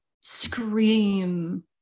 scream